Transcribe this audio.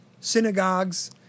synagogues